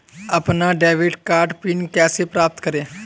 अपना debit card PIN कैसे प्राप्त करें?